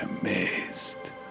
amazed